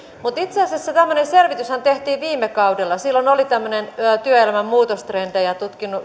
mutta itse asiassa tämmöinen selvityshän tehtiin viime kaudella silloin oli tämmöinen työelämän muutostrendejä